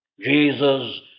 Jesus